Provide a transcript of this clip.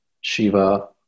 Shiva